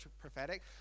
prophetic